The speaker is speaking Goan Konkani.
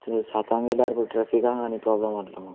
सातांग येयल्यार पुरो ट्रेफिक आहा आनी प्रोब्लम जातलो मागीर